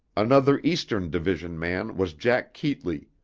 another eastern division man was jack keetly,